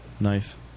Nice